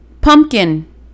Pumpkin